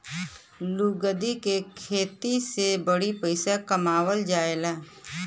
लुगदी क व्यापार से बड़ी पइसा कमावल जाला